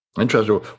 Interesting